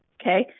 Okay